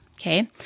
Okay